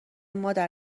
مادر